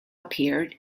appeared